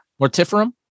Mortiferum